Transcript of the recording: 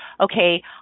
okay